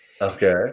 okay